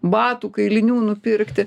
batų kailinių nupirkti